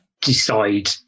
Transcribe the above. decide